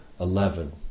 eleven